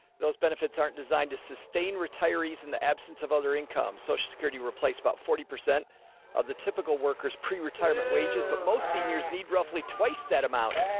those benefits aren't designed to sustain retirees. in the absence of other income, social security replaced about forty percent of the typical workers preretirement wages, but most seniors need roughly twice that amount.